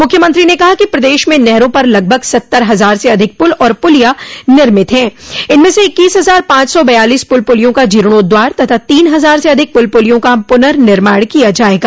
मुख्यमंत्री ने कहा कि प्रदेश में नहरों पर लगभग सत्तर हजार से अधिक पुल और पुलिया निर्मित हैं इनमें से इक्कीस हजार पांच सो बयालीस पल पुलियों का जीर्णोद्वार तथा तीन हजार से अधिक पुल पुलियों का पुनर्निमाण किया जायेगा